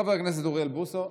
חבר הכנסת אוריאל בוסו,